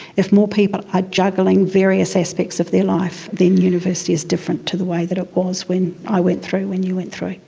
if more people are juggling various aspects of their life, then university is different to the way that it was when i went through, when you went through.